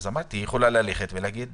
אמרתי שהיא יכולה ללכת ולהגיד